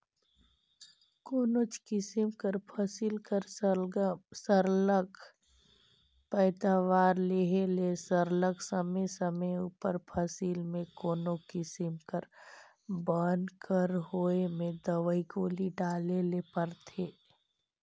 कोनोच किसिम कर फसिल कर सरलग पएदावारी लेहे ले सरलग समे समे उपर फसिल में कोनो किसिम कर बन कर होए में दवई गोली डाले ले परथे